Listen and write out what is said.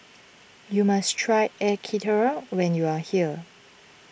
you must try Air Karthira when you are here